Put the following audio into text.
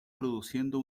produciendo